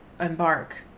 Embark